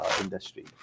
industry